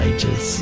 Ages